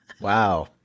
Wow